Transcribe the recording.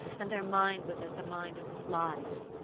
and their mind was as the mind of flies.